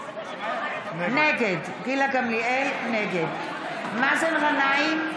נגד מאזן גנאים,